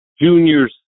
juniors